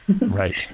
Right